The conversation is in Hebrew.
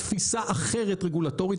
תפיסה אחרת רגולטורית.